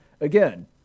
Again